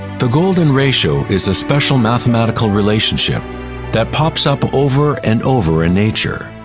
the golden ratio is a special mathematical relationship that pops up over and over in nature.